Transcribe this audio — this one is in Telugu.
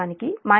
063 p